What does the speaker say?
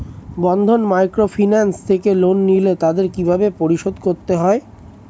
বন্ধন microfinance থেকে loan নিলে তাদের কিভাবে পরিশোধ করতে হয়?